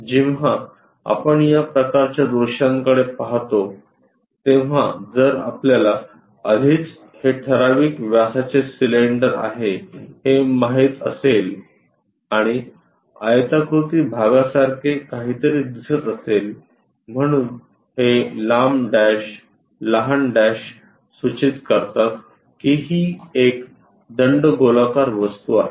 जेव्हा आपण या प्रकारच्या दृश्यांकडे पाहतो तेव्हा जर आपल्याला आधीच हे ठराविक व्यासाचे सिलेंडर आहे हे माहित असेल आणि आयताकृती भागासारखे काहीतरी दिसत असेल म्हणून हे लांब डॅश लहान डॅश सूचित करतात की ही एक दंडगोलाकार वस्तू आहे